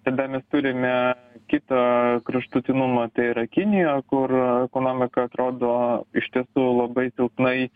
tada mes turime kitą kraštutinumą tai yra kiniją kur ekonomika atrodo iš tiesų labai silpnai